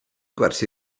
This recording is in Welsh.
gwerthu